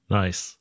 nice